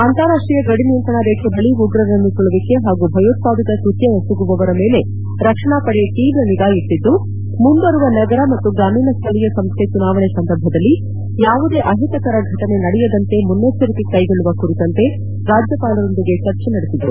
ಅಂತಾರಾಷ್ಷೀಯ ಗಡಿ ನಿಯಂತ್ರಣ ರೇಖೆ ಬಳಿ ಉಗ್ರರ ನುಸುಳುವಿಕೆ ಹಾಗೂ ಭಯೋತ್ವಾದಕ ಕೃತ್ಯ ಎಸಗುವವರ ಮೇಲೆ ರಕ್ಷಣಾ ಪಡೆ ತೀವ್ರ ನಿಗಾ ಇಟ್ಷದ್ದು ಮುಂಬರುವ ನಗರ ಮತ್ತು ಗ್ರಾಮೀಣ ಸ್ಥಳೀಯ ಸಂಸ್ಥೆಯ ಚುನಾವಣೆ ಸಂದರ್ಭದಲ್ಲಿ ಯಾವುದೇ ಅಹಿತಕರ ಇಟನೆಗಳು ನಡೆಯದಂತೆ ಮುನ್ನಚ್ವರಿಕೆ ಕೈಗೊಳ್ಳುವ ಕುರಿತಂತೆ ರಾಜ್ಯಪಾಲರೊಂದಿಗೆ ಚರ್ಚೆ ನಡೆಸಿದರು